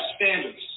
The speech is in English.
standards